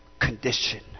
condition